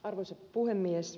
arvoisa puhemies